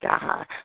God